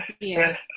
Yes